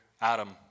Adam